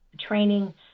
training